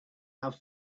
have